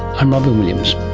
um robyn williams,